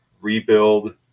rebuild